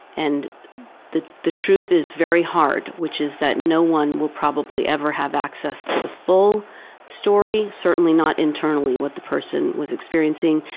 and the the truth is very hard, which is that no one will probably ever have access to the full story, certainly not internally what the person was experiencing,